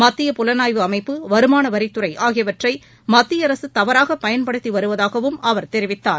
மத்திய புலனாய்வு அமைப்பு வருமான வரித்துறை ஆகியவற்றை மத்திய அரசு தவறாக பயன்படுத்தி வருவதாகவும் அவர் தெரிவித்தார்